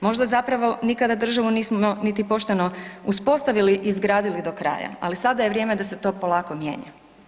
Možda zapravo nikada državu nismo niti pošteno uspostavili i izgradili do kraja, ali sada je vrijeme da se to polako mijenja.